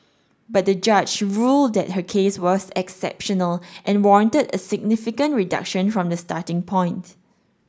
but the judge ruled that her case was exceptional and warranted a significant reduction from the starting point